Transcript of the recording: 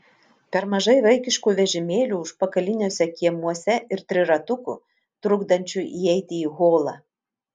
per mažai vaikiškų vežimėlių užpakaliniuose kiemuose ir triratukų trukdančių įeiti į holą